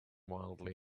wildly